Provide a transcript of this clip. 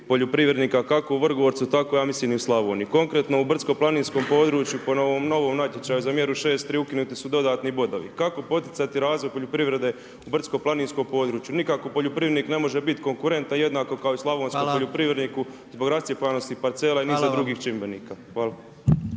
poljoprivrednika, kako u Vrgorcu, tako ja mislim i u Slavoniji. Konkretno, u brdsko planinskom području, po ovom novom natječaju za mjeru 3.6. ukinuti su dodatni bodovi. Kako poticati razvoj poljoprivrede u brdsko planinskom području? Nikako poljoprivrednik ne može biti konkurenta jednako kao i slavonskom poljoprivredniku zbog rascijepanosti parcela i niza drugih čimbenika. Hvala.